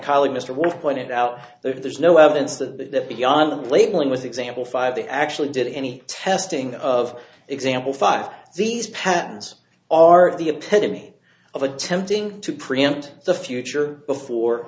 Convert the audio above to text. colleague mr worth pointed out there's no evidence that beyond the labeling with example five they actually did any testing of example five these patterns are the epitome of attempting to preempt the future before